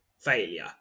failure